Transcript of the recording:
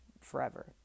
forever